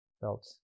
felt